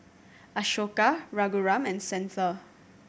Ashoka Raghuram and Santha